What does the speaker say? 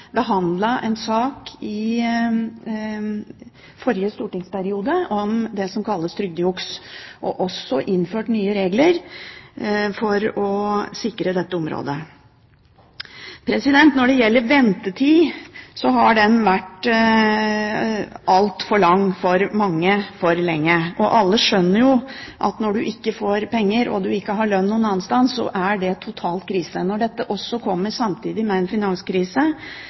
i forrige stortingsperiode en sak om det som kalles trygdejuks, og innførte nye regler for å sikre dette området. Når det gjelder ventetid, har den for mange vært altfor lang. Alle skjønner jo at når man ikke får penger – og man ikke har lønn noe annet sted – er det total krise. Når dette kommer samtidig med en finanskrise,